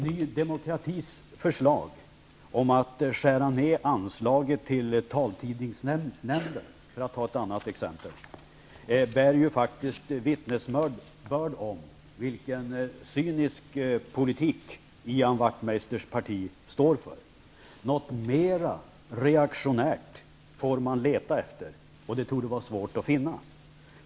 Ny demokratis förslag att skära ner anslaget till taltidningsnämnden, för att ta ett annat exempel, bär ju faktiskt vittnesbörd om vilken cynisk politik Ian Wachtmeisters parti står för. Något mer reaktionärt får man leta efter, och det torde vara svårt att finna.